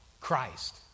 Christ